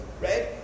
right